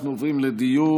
אנחנו עוברים לדיון.